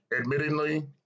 Admittedly